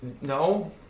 No